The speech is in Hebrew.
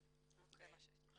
זהו, זה מה שיש לי.